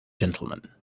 gentlemen